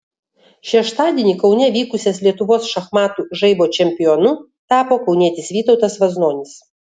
šeštadienį kaune vykusias lietuvos šachmatų žaibo čempionu tapo kaunietis vytautas vaznonis